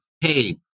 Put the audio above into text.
hey